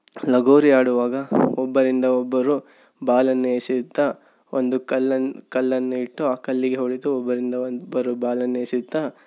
ಲಗೋರಿ ಆಡೋವಾಗ ಒಬ್ಬರಿಂದ ಒಬ್ಬರು ಬಾಲನ್ನು ಎಸೆಯುತ್ತಾ ಒಂದು ಕಲ್ಲನ್ನು ಇಟ್ಟು ಆ ಕಲ್ಲಿಗೆ ಹೊಡೆದು ಒಬ್ಬರಿಂದ ಒಬ್ಬರು ಬಾಲನ್ನು ಎಸೆಯುತ್ತಾ